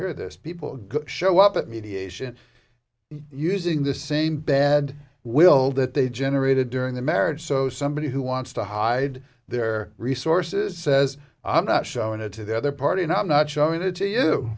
hear this people show up at mediation using the same bad will that they generated during the marriage so somebody who wants to hide their resources says i'm not showing it to the other party not not showing it to you